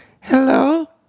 hello